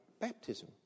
baptism